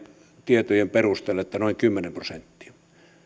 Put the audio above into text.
tietojen perusteella että noin kymmenen prosenttia